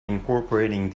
incorporating